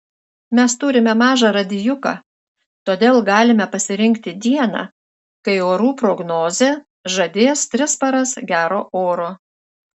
mes turime mažą radijuką todėl galime pasirinkti dieną kai orų prognozė žadės tris paras gero oro